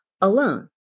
alone